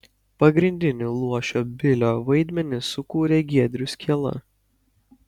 pagrindinį luošio bilio vaidmenį sukūrė giedrius kiela